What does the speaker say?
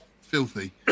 filthy